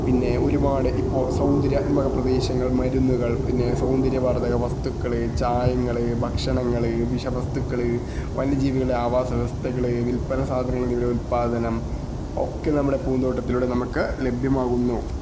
പിന്നെ ഒരുപാട് ഇപ്പോൾ സൗന്ദര്യാത്മക പ്രദേശങ്ങള് മരുന്നുകള് പിന്നെ സൗന്ദര്യവര്ധക വസ്തുക്കള് ചായങ്ങള് ഭക്ഷണങ്ങള് വിഷവസ്തുക്കള് വന്യജീവികളുടെ ആവാസവ്യവസ്ഥകള് വില്പ്പന സാധനങ്ങളുടെ ഉത്പാദനം ഒക്കെ നമ്മുടെ പൂന്തോട്ടത്തിലൂടെ നമുക്ക് ലഭ്യമാകുന്നു